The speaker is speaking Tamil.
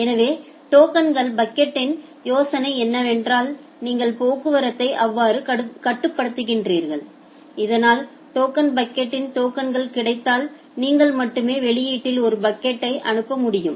எனவே டோக்கன் பக்கெட்யின் யோசனை என்னவென்றால் நீங்கள் போக்குவரத்தை அவ்வாறு கட்டுப்படுத்துகிறீர்கள் இதனால் டோக்கன் பக்கெட்யில் டோக்கன்கள் கிடைத்தால் நீங்கள் மட்டுமே வெளியீட்டில் ஒரு பாக்கெட்டையை அனுப்ப முடியும்